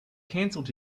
canceled